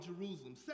Jerusalem